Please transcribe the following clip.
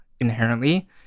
inherently